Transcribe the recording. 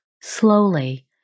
slowly